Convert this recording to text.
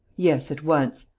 yes, at once.